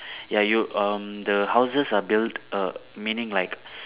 ya you um the houses are built uh meaning like